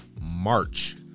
March